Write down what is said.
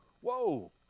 Whoa